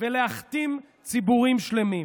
ולהכתים ציבורים שלמים.